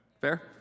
Fair